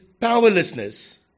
powerlessness